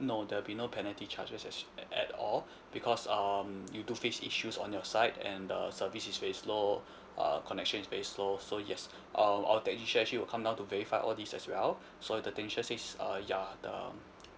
no there will be no penalty charges as at at all because um you do face issues on your side and the service is very slow uh connection is very slow so yes um our technician actually will come down to verify all this as well so the technician says uh ya the